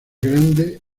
grande